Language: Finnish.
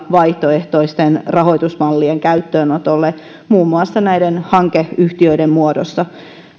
vaihtoehtoisten rahoitusmallien käyttöönotolle muun muassa näiden hankeyhtiöiden muodossa